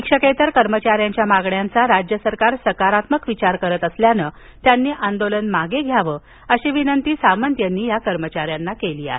शिक्षकेतर कर्मचाऱ्यांच्या मागण्यांचा राज्य सरकार सकारात्मक विचार करत असल्यानं त्यांनी आंदोलन मागे घ्यावं अशी विनंती सामंत यांनी कर्मचाऱ्यांना केली आहे